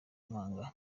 impanga